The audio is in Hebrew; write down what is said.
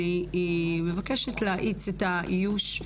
אני מבקשת להאיץ את האיוש.